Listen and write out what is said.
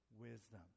wisdom